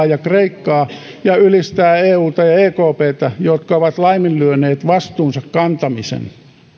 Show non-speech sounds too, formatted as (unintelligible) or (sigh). (unintelligible) ja kreikkaa ja ylistää euta ja ekptä jotka ovat laiminlyöneet vastuunsa kantamisen